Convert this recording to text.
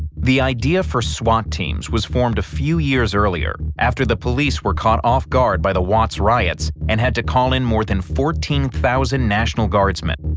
the idea for swat teams was formed a few years earlier after the police were caught off guard by the watts riots and had to call in more than fourteen thousand national guardsmen.